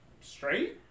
straight